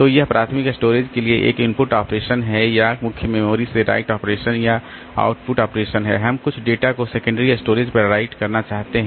तो यह प्राथमिक स्टोरेज के लिए एक इनपुट ऑपरेशन है या यह मुख्य मेमोरी से राइट ऑपरेशन या आउटपुट ऑपरेशन है हम कुछ डेटा को सेकेंडरी स्टोरेज पर राइट करना चाहते हैं